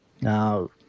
now